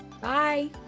bye